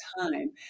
time